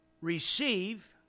receive